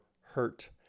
hurt